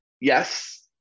yes